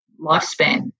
lifespan